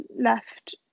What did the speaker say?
left